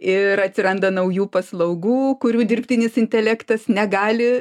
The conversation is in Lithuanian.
ir atsiranda naujų paslaugų kurių dirbtinis intelektas negali